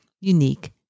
unique